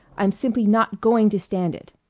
i'm simply not going to stand it!